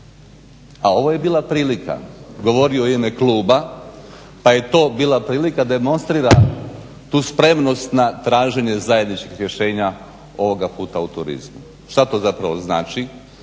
A ovo je bila prilika. Govorio je u ime kluba pa je to bila prilika da demonstrira tu spremnost na traženje zajedničkih rješenja ovoga puta u turizmu. Što to zapravo znači?